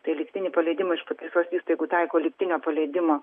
tai lygtinį paleidimą iš pataisos įstaigų taiko lygtinio paleidimo